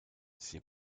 ses